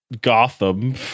gotham